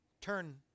turn